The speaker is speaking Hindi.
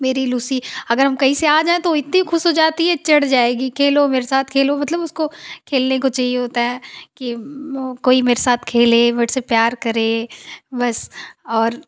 मेरी लूसी अगर हम कहीं से आ जाए तो इतनी खुश हो जाती है चढ़ जाएगी खेलो मेरे साथ खेलो मतलब उसको खेलने को चाहिए होता है कि कोई मेरे साथ खेले मेरे से प्यार करे बस और